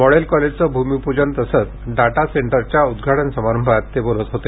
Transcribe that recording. model कॉलेजचं भूमिपूजन तसंच डेटा सेंटरच्या उद्घाटन समारंभात ते बोलत होते